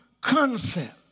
concept